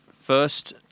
First